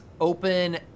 open